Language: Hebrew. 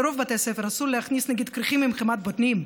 לרוב בתי הספר אסור להכניס נגיד כריכים עם חמאת בוטנים.